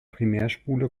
primärspule